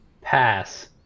Pass